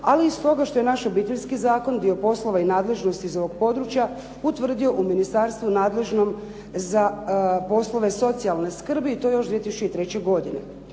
ali i stoga što je naš obiteljskih zakon dio poslova i nadležnosti iz ovog područja utvrdio u ministarstvu nadležnom za poslove socijalne skrbi i to još 2003. godine.